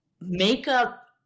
makeup